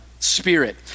spirit